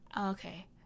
okay